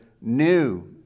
New